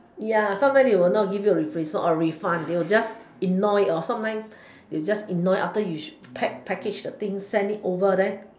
ya sometimes they will not give you a replacement or refund they will just ignore it or sometimes they will just ignore it after you should pack package the things and send it over there